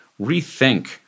rethink